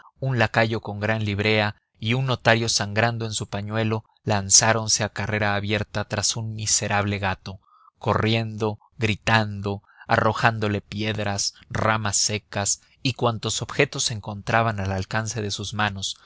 un lacayo con gran librea y un notario sangrando en su pañuelo lanzáronse a carrera abierta tras un miserable gato corriendo gritando arrojándole piedras ramas secas y cuantos objetos encontraban al alcance de sus manos